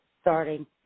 starting